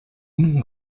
үнэн